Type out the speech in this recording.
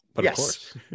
Yes